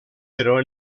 però